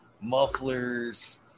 mufflers